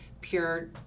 pure